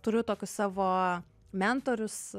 turiu tokius savo mentorius